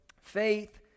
Faith